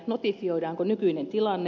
notifioidaanko nykyinen tilanne